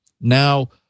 Now